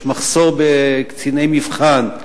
יש מחסור בקציני מבחן,